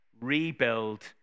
rebuild